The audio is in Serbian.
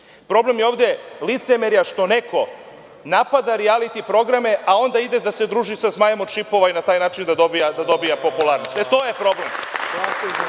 hoće. Problem je ovde licemerja, što neko napada rijaliti programe a onda ide da se druži sa Zmajem od Šipova i na taj način da dobija na popularnosti. To je problem. I kada neko ko sebe